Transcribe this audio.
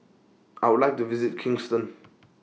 I Would like to visit Kingston